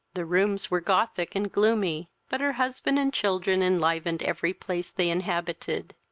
the rooms were gothic and gloomy, but her husband and children enlivened every place they inhabited.